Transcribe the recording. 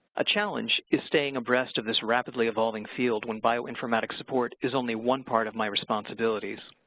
a challenge is staying abreast of this rapidly evolving field when bioinformatics support is only one part of my responsibilities.